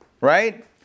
right